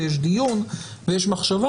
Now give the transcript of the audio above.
ויש דיון, ויש מחשבה.